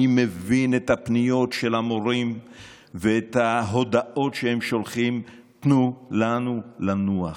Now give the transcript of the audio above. אני מבין את הפניות של המורים ואת ההודעות שהם שולחים: תנו לנו לנוח.